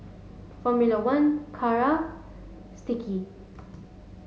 Formula One Kara Sticky